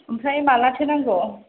ओमफ्राय मालाथो नांगौ